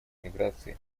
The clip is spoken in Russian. миграции